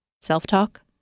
self-talk